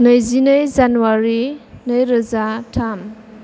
नैजिनै जानुवारि नैरोजा थाम